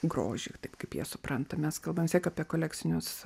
grožiui taip kaip jie supranta mes kalbam vis tiek apie kolekcinius